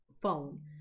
phone